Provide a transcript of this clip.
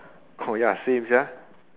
oh ya same sia